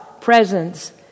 presence